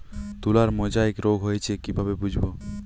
তুলার মোজাইক রোগ হয়েছে কিভাবে বুঝবো?